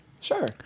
Sure